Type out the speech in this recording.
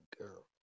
girl